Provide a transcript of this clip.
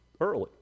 early